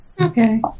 Okay